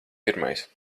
pirmais